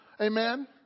Amen